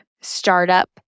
startup